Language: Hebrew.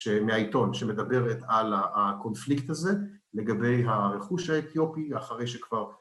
‫מהעיתון שמדברת על הקונפליקט הזה ‫לגבי הרכוש האתיופי אחרי שכבר...